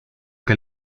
que